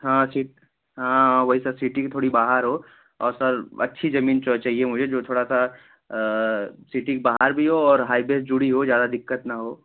हाँ जी हाँ वही सर सिटी के थोड़ी बाहर हो और सर अच्छी जमीन च चाहिए सर मुझे जो थोड़ा सा सिटी के बाहर भी हो और हाईवे से जुड़ी हो ज़्यादा दिक़्कत ना हो